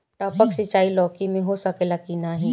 टपक सिंचाई लौकी में हो सकेला की नाही?